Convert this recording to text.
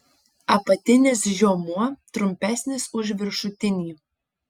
apatinis žiomuo trumpesnis už viršutinį